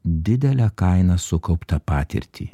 didele kaina sukauptą patirtį